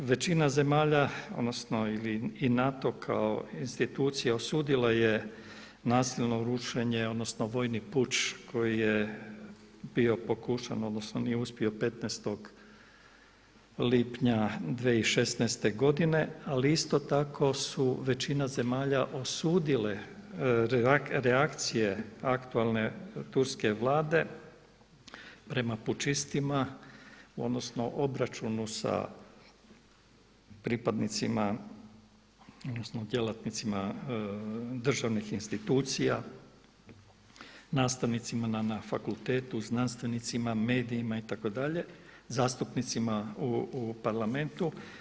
Većina zemalja, odnosno ili i NATO kao institucija osudila je nasilno rušenje, odnosno vojni puč koji je bio pokušan, odnosno nije uspio 15. lipnja 2016. godine ali isto tako su većina zemalja osudile reakcije aktualne turske Vlade prema pučistima odnosno obračunu sa pripadnicima odnosno djelatnicima državnih institucija, nastavnicima na fakultetu, znanstvenicima, medijima itd., zastupnicima u Parlamentu.